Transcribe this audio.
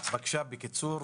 בבקשה, בקיצור.